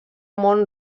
mont